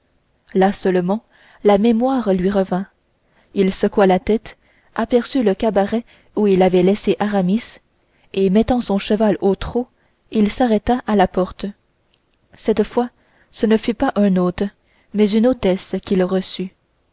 là seulement la mémoire lui revint il secoua la tête aperçut le cabaret où il avait laissé aramis et mettant son cheval au trot il s'arrêta à la porte cette fois ce ne fut pas un hôte mais une hôtesse qui le reçut